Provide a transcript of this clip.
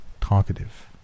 talkative